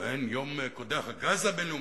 אין יום קודח הגז הבין-לאומי,